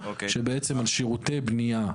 שבעצם על שירותי בנייה,